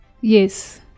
Yes